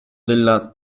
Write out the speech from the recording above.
della